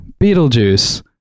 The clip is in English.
Beetlejuice